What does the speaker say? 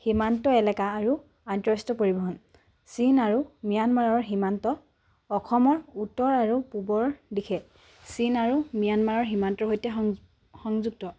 সীমান্ত এলেকা আৰু আন্তঃৰাষ্ট্ৰীয় পৰিবহণ চীন আৰু ম্যানমাৰৰ সীমান্ত অসমৰ উত্তৰ আৰু পূবৰ দিশে চীন আৰু ম্যানমাৰৰ সীমান্তৰ সৈতে সং সংযুক্ত